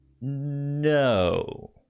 No